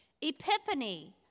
epiphany